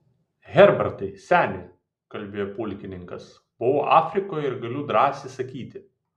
herbertai seni kalbėjo pulkininkas buvau afrikoje ir galiu drąsiai sakyti